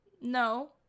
No